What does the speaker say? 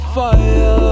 Fire